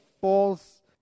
false